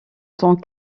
tant